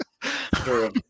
True